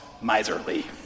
miserly